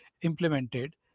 implemented